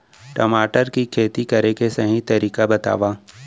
टमाटर की खेती करे के सही तरीका बतावा?